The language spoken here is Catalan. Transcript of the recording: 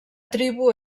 tribu